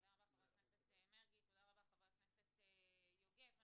זה לא כסף גדול למשרדים שאנחנו מדברים עליהם: חינוך,